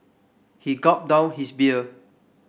he gulped down his beer